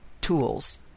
tools